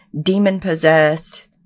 demon-possessed